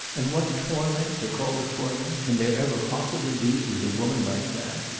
and what torment to call a torment can there ever possibly be with a woman like that?